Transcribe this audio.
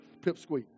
pipsqueak